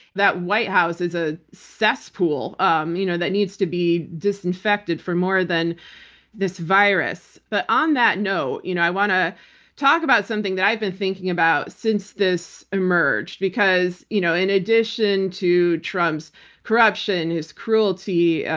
that white house is a cesspool um you know that needs to be disinfected for more than this virus. but on that note, you know i want to talk about something that i've been thinking about since this emerged. because you know in addition to trump's corruption, his cruelty,